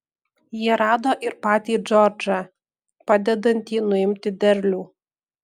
jie rado ir patį džordžą padedantį nuimti derlių